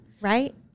right